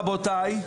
רבותיי,